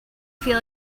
feel